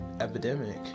epidemic